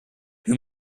who